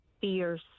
fierce